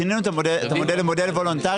אנחנו שינינו את המודל למודל וולונטרי